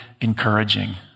encouraging